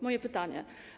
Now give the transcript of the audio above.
Moje pytanie.